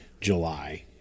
July